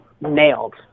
nailed